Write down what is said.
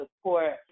support